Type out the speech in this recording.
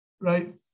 right